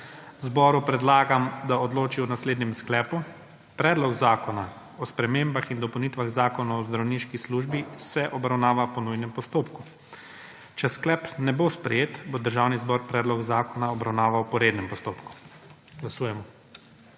Zboru predlagam, da odloči o naslednjem sklepu: »Predlog zakona o spremembah in dopolnitvah Zakona o zdravniški službi se obravnava po nujnem postopku.« Če sklep ne bo sprejet, bo Državni zbor predlog zakona obravnaval po rednem postopku. Glasujemo.